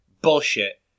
Bullshit